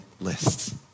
lists